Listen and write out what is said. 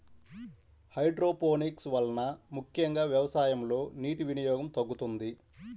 hydroponics వలన ముఖ్యంగా వ్యవసాయంలో నీటి వినియోగం తగ్గుతుంది